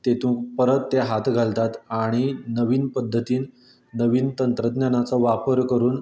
तेतूंत परत ते हात घालतात आनी नवीन पध्दतीन नवीन तंत्रज्ञानाचो वापर करून